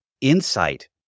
insight